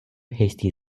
hasty